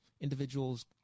individuals